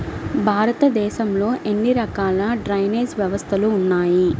భారతదేశంలో ఎన్ని రకాల డ్రైనేజ్ వ్యవస్థలు ఉన్నాయి?